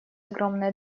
огромное